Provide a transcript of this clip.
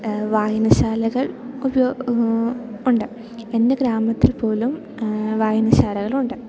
വായനശാലകൾ ഉണ്ട് എൻ്റെ ഗ്രാമത്തിൽ പോലും വായനശാലകൽ ഉണ്ട്